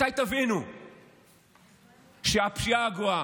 מתי תבינו שהפשיעה גואה,